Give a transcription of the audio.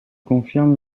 confirme